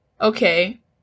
Okay